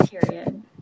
Period